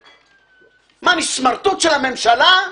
מה, אני סמרטוט של הממשלה?